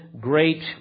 great